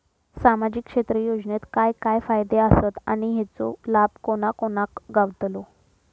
सामजिक क्षेत्र योजनेत काय काय फायदे आसत आणि हेचो लाभ कोणा कोणाक गावतलो?